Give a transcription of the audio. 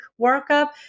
workup